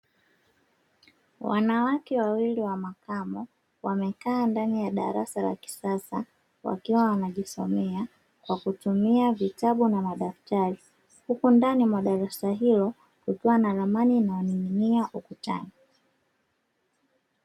Wanawake wawili wa makamo wamekaa ndani ya darasa la kisasa wakiwa wanajisomea na kutumia vitabu na madaftari, huku ndani mwa darasa hilo kukiwa na ramani inayoning'inia ukutani.